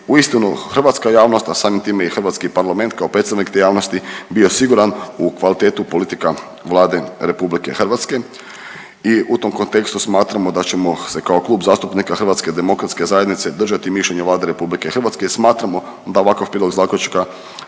uistinu hrvatska javnost, a samim time i hrvatski parlament kao predstavnik te javnosti bio siguran u kvalitetu politika Vlade RH i u tom kontekstu smatramo da ćemo se kao Klub zastupnika HDZ-a držati mišljenja Vlade RH, smatramo da ovakav Prijedlog zaključka